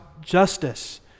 justice